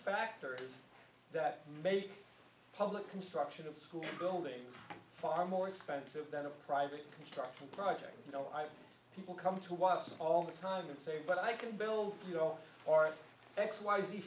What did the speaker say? factors that make public construction of school buildings far more expensive than a private construction project you know i people come to watts all the time and say but i can build you know or x y z